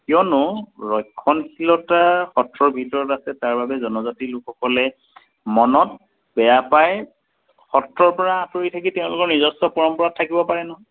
কিয়নো ৰক্ষণশীলতা সত্ৰৰ ভিতৰত আছে তাৰ বাবে জনজাতিৰ লোকসকলে মনত বেয়া পাই সত্ৰৰ পৰা আঁতৰি থাকি তেওঁলোকৰ নিজস্ব পৰম্পৰা থাকিব পাৰে নহয়